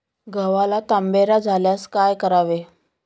गव्हाला तांबेरा झाल्यास काय करावे?